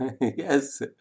Yes